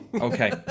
Okay